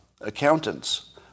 accountants